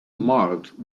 marked